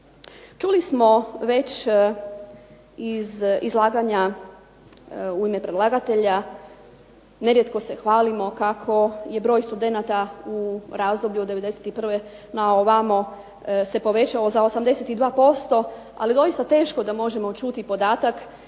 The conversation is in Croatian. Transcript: Čuli smo već iz izlaganja u ime predlagatelja, nerijetko se hvalimo kako je broj studenata u razdoblju od '91. na ovamo se povećao za 82%. Ali doista teško da možemo čuti podatak